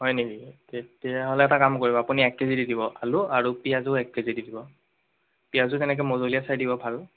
হয় নেকি তেতিয়াহ'লে এটা কাম কৰিব আপুনি এক কেজি দি দিব আৰু পিঁয়াজো এক কেজি দি দিব পিঁয়াজো তেনেকৈ দি দিব মজলীয়া চাই ভাল